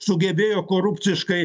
sugebėjo korupciškai